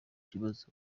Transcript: kibazo